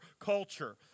culture